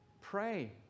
Pray